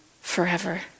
forever